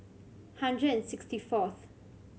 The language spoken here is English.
hundred and sixty fourth